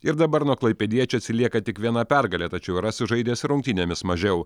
ir dabar nuo klaipėdiečių atsilieka tik viena pergale tačiau yra sužaidęs rungtynėmis mažiau